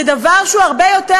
זה דבר שהוא הרבה יותר,